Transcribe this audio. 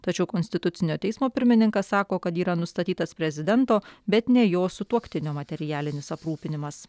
tačiau konstitucinio teismo pirmininkas sako kad yra nustatytas prezidento bet ne jo sutuoktinio materialinis aprūpinimas